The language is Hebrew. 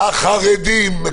החרדים, החרדים מקבלים.